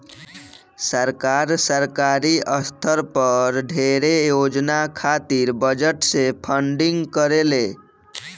सरकार, सरकारी स्तर पर ढेरे योजना खातिर बजट से फंडिंग करेले